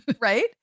Right